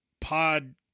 pod